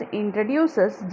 introduces